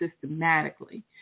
systematically